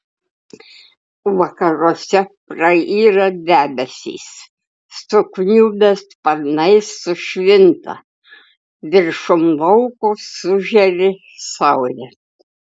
vakaruose prayra debesys sukniubę sparnai sušvinta viršum lauko sužėri saulė